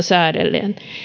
säädellään